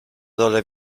dole